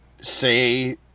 say